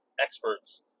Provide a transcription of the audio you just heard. experts